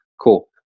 Cool